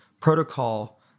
protocol